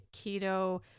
keto